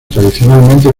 tradicionalmente